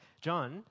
John